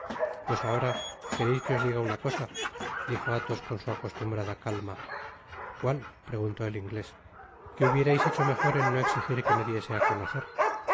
pues ahora quereis que os diga una cosa dijo athos con su acostumbrada calma cuál preguntó el inglés que hubierais hecho mejor en no exigir que me diese á conocer y